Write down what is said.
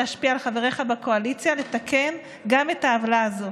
להשפיע על חבריך בקואליציה לתקן גם את העוולה הזאת.